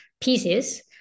pieces